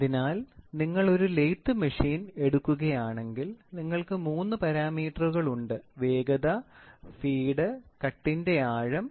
അതിനാൽ നിങ്ങൾ ഒരു ലേത്ത് മെഷീൻ എടുക്കുകയാണെങ്കിൽ നിങ്ങൾക്ക് മൂന്ന് പാരാമീറ്ററുകൾ ഉണ്ട് വേഗത ഫീഡ് കട്ടിന്റെ ആഴം